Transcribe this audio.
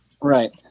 Right